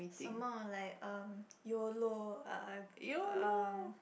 some more like um yolo ah um